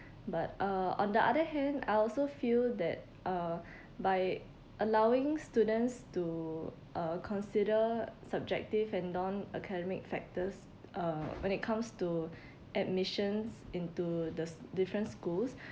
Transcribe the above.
but uh on the other hand I also feel that uh by allowing students to uh consider subjective and non-academic factors uh when it comes to admissions into the s~ different schools